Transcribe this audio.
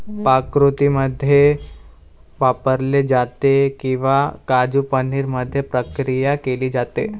पाककृतींमध्ये वापरले जाते किंवा काजू पनीर मध्ये प्रक्रिया केली जाते